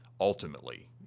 ultimately